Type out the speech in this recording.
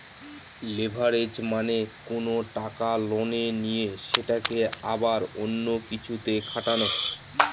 leverage মানে কোনো টাকা লোনে নিয়ে সেটাকে আবার অন্য কিছুতে খাটানো